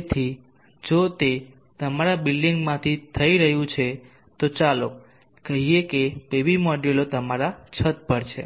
તેથી જો તે તમારા બિલ્ડિંગમાંથી થઈ રહ્યું છે તો ચાલો કહીએ કે પીવી મોડ્યુલો તમારા છત પર છે